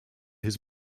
his